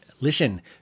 listen